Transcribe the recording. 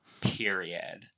period